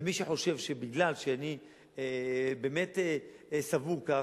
ומי שחושב שמכיוון שאני באמת סבור כך,